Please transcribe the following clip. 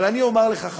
אבל אני אומר לך,